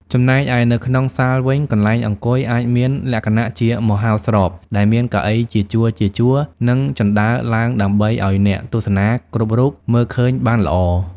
ចំណែកឯនៅក្នុងសាលវិញ កន្លែងអង្គុយអាចមានលក្ខណៈជាមហោស្រពដែលមានកៅអីជាជួរៗ និងជណ្តើរឡើងដើម្បីឱ្យអ្នកទស្សនាគ្រប់រូបមើលឃើញបានល្អ។